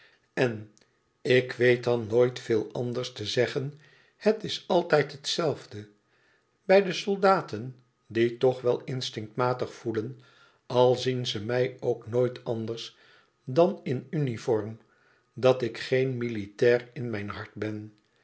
en ik weet dan nooit veel anders te zeggen het is altijd het zelfde bij de soldaten die toch wel instinctmatig voelen al zien ze mij ook nooit anders dan in uniform dat ik geen militair in mijn hart ben